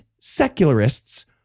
secularists